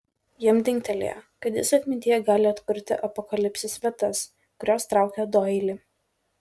jam dingtelėjo kad jis atmintyje gali atkurti apokalipsės vietas kurios traukė doilį